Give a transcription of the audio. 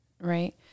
right